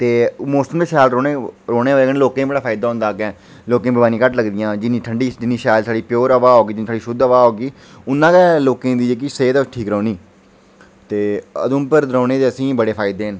ते मौसम शैल रौह्ने दी बजह कन्नै लोकें गी बड़ा फायदा होंदा अग्गै लोकें बमारी घट्ट लगदी जिन्नी ठंडी शैल प्योर हबा होग जिन्नी थोआढ़ी शुद्ध हबा होगी उन्ना गै लोकें दी जेह्की सेहद ठीक रौह्नी ते उधमपुर रौह्ने दे असें गी बड़े फायदे न